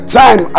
time